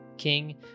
king